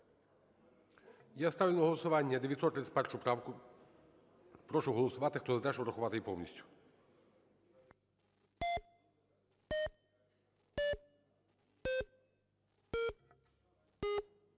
Я ставлю на голосування 931 правку. Прошу голосувати, хто за те, щоб врахувати її повністю.